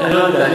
אני לא יודע.